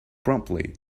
promptly